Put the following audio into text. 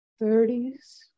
30s